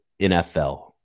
NFL